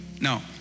no